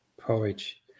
Porridge